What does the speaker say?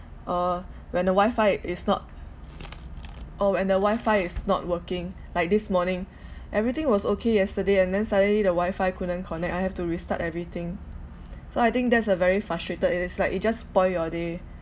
or when the wifi is not or when the wifi is not working like this morning everything was okay yesterday and then suddenly the wifi couldn't connect I have to restart everything so I think that's a very frustrated it's like it just spoil your day